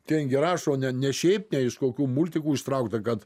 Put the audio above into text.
ten gi rašo ne ne šiaip ne iš kokių multikų ištraukta kad